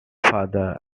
father